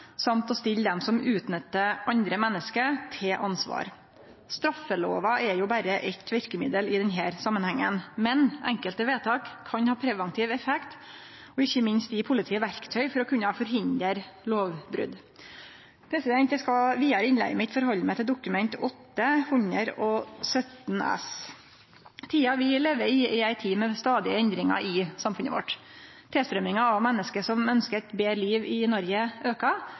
samt å stille dei som utnyttar andre menneske, til ansvar. Straffelova er berre eitt verkemiddel i denne samanhengen. Men enkelte vedtak kan ha preventiv effekt og ikkje minst gje politiet verktøy for å kunne forhindre lovbrot. Eg skal vidare i innlegget mitt halde meg til Dokument 8:117 S. Tida vi lever i, er ei tid med stadige endringar i samfunnet vårt. Tilstrøyminga av menneske som ønskjer eit betre liv i Noreg,